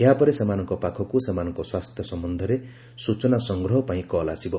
ଏହାପରେ ସେମାନଙ୍କ ପାଖକୁ ସେମାନଙ୍କ ସ୍ୱାସ୍ଥ୍ୟ ସମ୍ୟନ୍ଧରେ ସ୍ଚଚନା ସଂଗ୍ରହ ପାଇଁ କଲ୍ ଆସିବ